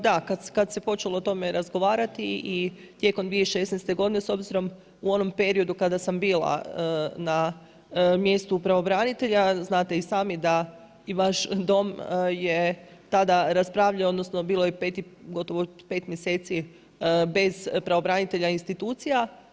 Da, kad se počelo o tome razgovarati i tijekom 2016. godine s obzirom u onom periodu kada sam bila na mjestu pravobranitelja znate i sami da i vaš Dom je tada raspravljao, odnosno bilo je pet, gotovo pet mjeseci bez pravobranitelja institucija.